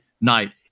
night